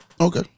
Okay